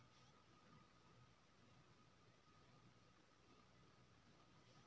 हमरा दुकान खोले के लेल दूसरा आदमी से केना कर्जा मिलते?